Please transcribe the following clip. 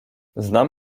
znam